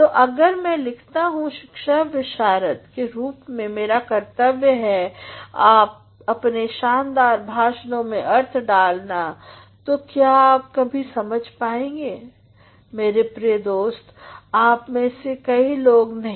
तो अगर मै लिखता हूँ शिक्षाविशारद के रूप में मेरा कर्तव्य है अपने शानदार भाषणों में अर्थ डालना तो क्या आप कभी समझ पाएंगे मेरे प्रिय दोस्त आप में से कई लोग नहीं